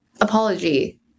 apology